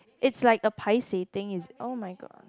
it's like a paiseh thing is oh-my-god